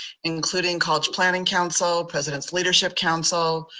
including college planning council, president's leadership council.